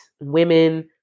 Women